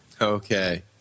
Okay